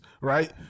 right